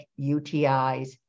UTIs